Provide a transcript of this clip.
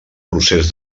procés